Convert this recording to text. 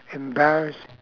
embarrassed